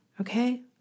Okay